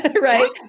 right